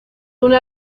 una